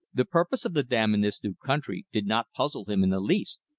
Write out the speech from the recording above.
the purpose of the dam in this new country did not puzzle him in the least,